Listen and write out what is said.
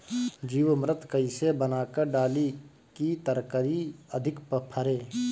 जीवमृत कईसे बनाकर डाली की तरकरी अधिक फरे?